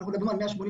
אנחנו מדברים על 188,